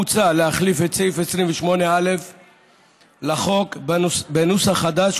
מוצע להחליף את סעיף 28א לחוק בנוסח חדש,